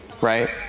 Right